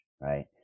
right